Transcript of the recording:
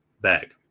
bag